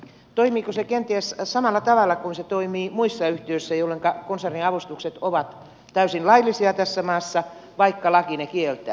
toimiiko se kenties samalla tavalla kuin se toimii muissa yhtiöissä jolloinka konserniavustukset ovat täysin laillisia tässä maassa vaikka laki ne kieltää